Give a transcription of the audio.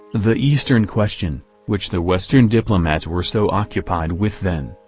the eastern question which the western diplomats were so occupied with then,